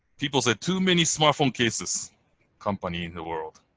people said too many smartphone cases company in the world.